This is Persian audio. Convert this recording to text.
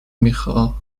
میخواهتم